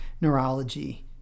neurology